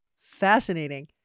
Fascinating